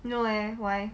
no eh why